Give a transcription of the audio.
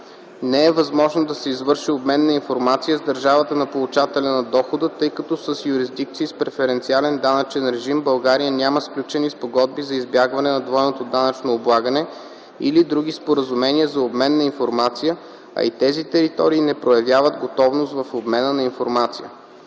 не е възможно да се извърши обмен на информация с държавата на получателя на дохода, тъй като с юрисдикции с преференциален данъчен режим България няма сключени спогодби за избягване на двойното данъчно облагане или други споразумения за обмен на информация, а и тези територии не проявяват готовност в обмена на информация;